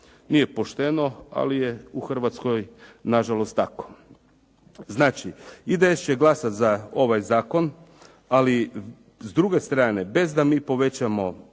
Nije pošteno ali je u Hrvatskoj nažalost tako. Znači, IDS će glasati za ovaj zakon ali s druge strane bez da mi povećamo